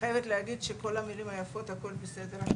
חייבת להגיד שכל המילים היפות, הכול בסדר.